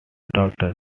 daughter